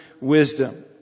wisdom